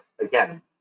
again